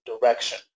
direction